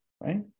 Right